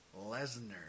Lesnar